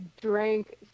drank